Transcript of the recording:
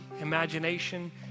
imagination